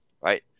right